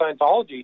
Scientology